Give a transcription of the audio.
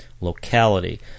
locality